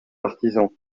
artisans